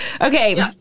Okay